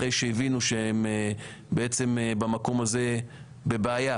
לאחר שהבינו שהם בעצם במקום הזה בבעיה.